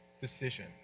decision